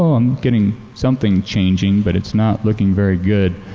um getting something changing, but it's not looking very good.